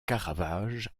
caravage